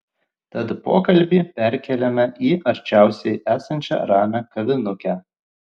tad pokalbį perkeliame į arčiausiai esančią ramią kavinukę